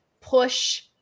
push